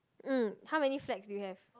mm how many flags do you have